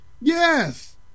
Yes